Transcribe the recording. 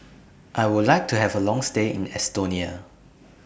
I Would like to Have A Long stay in Estonia